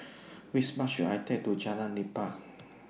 Which Bus should I Take to Jalan Nipah